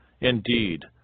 Indeed